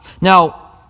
Now